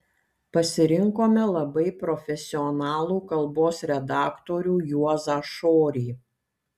pasirinkome labai profesionalų kalbos redaktorių juozą šorį